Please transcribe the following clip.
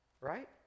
Right